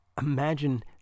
imagine